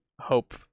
Hope